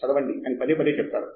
చదవండి అని పదే పదే చెప్తారు